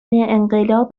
انقلاب